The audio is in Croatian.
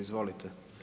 Izvolite.